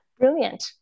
Brilliant